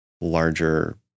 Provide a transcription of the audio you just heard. larger